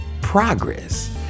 progress